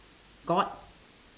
god